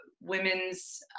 Women's